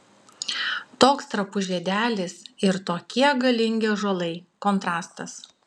toks trapus žiedelis ir tokie galingi ąžuolai kontrastas